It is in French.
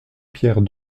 pierre